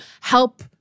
help